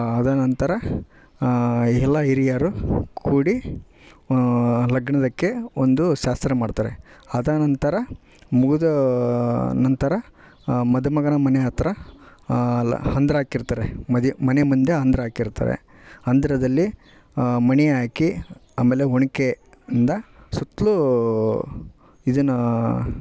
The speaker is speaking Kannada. ಅದ ನಂತರ ಎಲ್ಲ ಹಿರಿಯರು ಕೂಡಿ ಲಗ್ನದಕ್ಕೆ ಒಂದು ಶಾಸ್ತ್ರ ಮಾಡ್ತಾರೆ ಅದ ನಂತರ ಮುಗಿದಾ ನಂತರ ಮದುಮಗನ ಮನೆ ಹತ್ತಿರ ಲಾ ಹಂದರ ಹಾಕಿರ್ತರೆ ಮದು ಮನೆ ಮುಂದೆ ಹಂದರ ಹಾಕಿರ್ತರೆ ಹಂದರದಲ್ಲಿ ಮಣಿ ಹಾಕಿ ಆಮೇಲೆ ಒನಕೆ ಇಂದ ಸುತ್ಲೂ ಇದನ್ನಾ